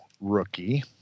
rookie